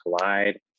collide